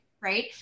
right